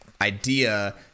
idea